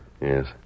Yes